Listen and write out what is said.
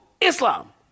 Islam